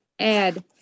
Add